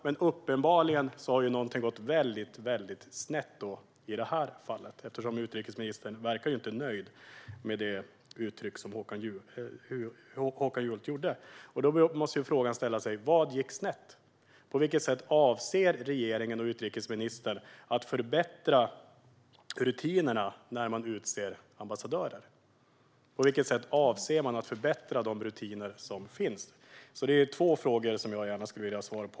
Men uppenbarligen har något gått väldigt snett i det här fallet, eftersom utrikesministern ju inte verkar nöjd med det uttalande som Håkan Juholt gjorde. Då måste jag fråga: Vad gick snett? På vilket sätt avser regeringen och utrikesministern att förbättra de rutiner som finns för hur man utser ambassadörer? Det är alltså två frågor jag gärna skulle vilja ha svar på.